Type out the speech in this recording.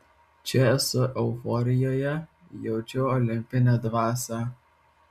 čia esu euforijoje jaučiu olimpinę dvasią